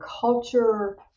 culture